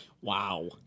Wow